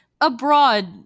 Abroad